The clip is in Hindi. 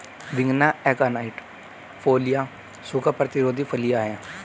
विग्ना एकोनाइट फोलिया सूखा प्रतिरोधी फलियां हैं